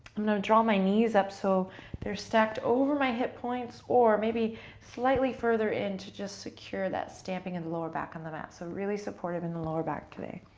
i'm going to draw my knees up so they're stacked over my hip points, or maybe slightly further in to just secure that stamping of the lower back on the mat. so really supportive in the lower back today.